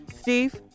Steve